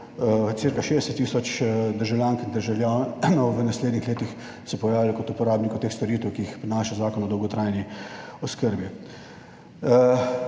cirka 60 tisoč državljank in državljanov v naslednjih letih se pojavili kot uporabniki teh storitev, ki jih prinaša Zakon o dolgotrajni oskrbi.